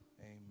Amen